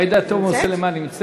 נא להקריא